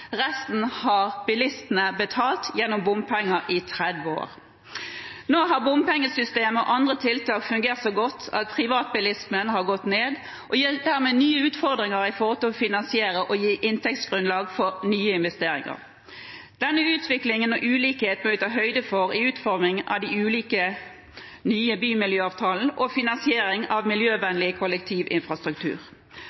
resten har bilistene betalt gjennom bompenger i 30 år. Nå har bompengesystemet og andre tiltak fungert så godt at privatbilismen har gått ned, noe som gir nye utfordringer når det gjelder å finansiere og gi inntektsgrunnlag for nye investeringer. Denne utviklingen og ulikheten må vi ta høyde for i utformingen av de ulike nye bymiljøavtalene og finansieringen av